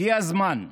הגיע הזמן,